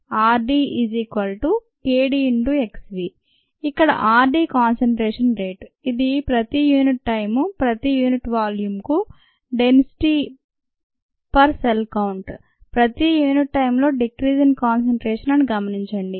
rdkdxv ఈ rd concentration rate ఇది ప్రతి యూనిట్ టైమ్ ప్రతి యూనిట్ వాల్యూంకు డెన్సిటీ ఓర సెల్ కౌంట్ ప్రతి యూనిట్ టైమ్ లో డిక్రీస్ ఇన్ కాన్సంట్రేషన్ అని గమనించండి